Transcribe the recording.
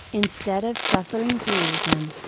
instead of suffering through them.